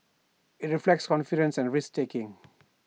IT reflects confidence and risk taking